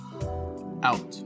Out